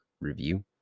review